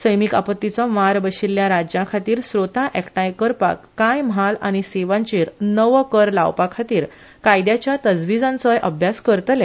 सैमीक आपत्तीचो मार बशिल्ल्या राज्यांखातीर स्रोता एकठाय करपाक कांय म्हाल आनी सेवांचेर नवो कर लावपा खातीर कायद्याच्या तजवीजांचोय अभ्यास करतले